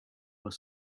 were